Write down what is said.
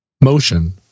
motion